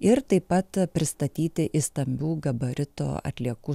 ir taip pat pristatyti į stambių gabaritų atliekų